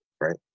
right